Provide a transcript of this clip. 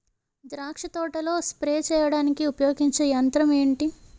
ద్రాక్ష తోటలో స్ప్రే చేయడానికి ఉపయోగించే యంత్రం ఎంటి?